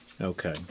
Okay